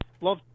Love